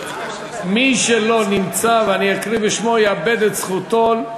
מי שלא נמצא ואני אקרא בשמו יאבד את זכותו.